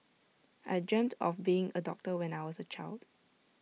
I dreamt of being A doctor when I was A child